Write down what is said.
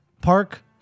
Park